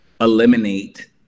eliminate